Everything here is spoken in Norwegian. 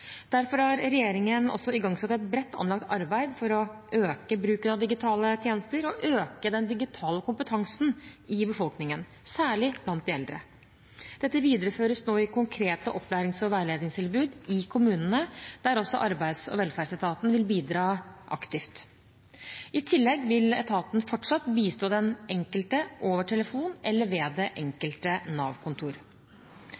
Derfor har regjeringen også igangsatt et bredt anlagt arbeid for å øke bruken av digitale tjenester og øke den digitale kompetansen i befolkningen, særlig blant de eldre. Dette videreføres nå i konkrete opplærings- og veiledningstilbud i kommunene, der også Arbeids- og velferdsetaten vil bidra aktivt. I tillegg vil etaten fortsatt bistå den enkelte over telefon eller ved det